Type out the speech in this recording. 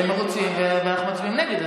אם הם רוצים ואנחנו מצביעים נגד,